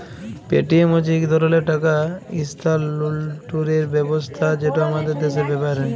Paytm হছে ইক ধরলের টাকা ইস্থালাল্তরের ব্যবস্থা যেট আমাদের দ্যাশে ব্যাভার হ্যয়